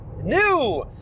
new